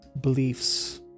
beliefs